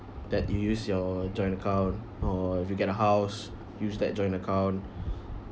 that you use your joint account or if you get a house use that joint account